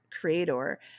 creator